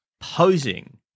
posing